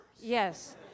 Yes